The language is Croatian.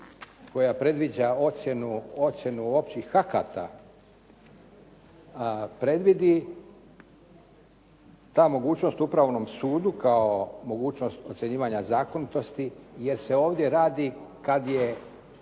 koja predviđa ocjenu općih akata predvidi ta mogućnost upravnom sudu kao mogućnost ocjenjivana zakonitosti jer se ovdje radi kad je